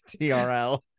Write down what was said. TRL